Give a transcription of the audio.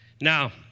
Now